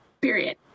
period